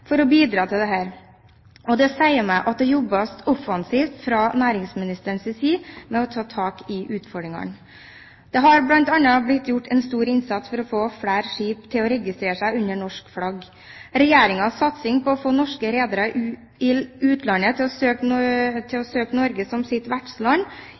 for å bidra til dette. Det sier meg at det jobbes offensivt fra næringsministerens side med å ta tak i utfordringene. Det har bl.a. blitt gjort en stor innsats for å få flere skip til å registrere seg under norsk flagg. Regjeringens satsing på å få norske redere i utlandet til å søke Norge som sitt vertsland, er viktig, og bidrar til